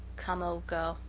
come, old girl,